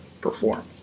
perform